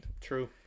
True